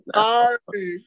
sorry